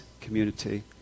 community